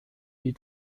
die